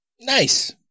Nice